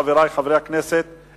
חברי חברי הכנסת,